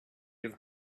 have